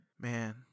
Man